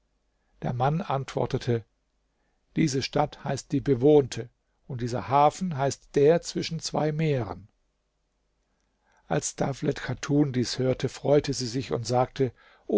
der mann antwortete diese stadt heißt die bewohnte und dieser hafen heißt der zwischen zwei meeren als dawlet chatun dies hörte freute sie sich und sagte